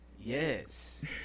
Yes